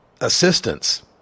assistance